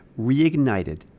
reignited